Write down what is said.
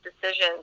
decisions